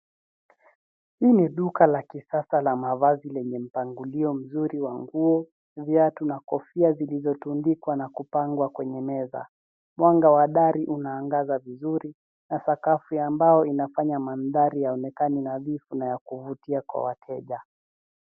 Hii ni duka la kisasa la mavazi lenye mpangilio mzuri wa nguo, viatu na kofia zilizotundikwa na kupangwa kwenye meza. Mwanga wa dari unaangaza vizuri na sakafu ya mbao inafanya mandhari yaonekane nadhifu na yakuvutia kwa wateja.